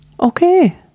Okay